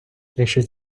якщо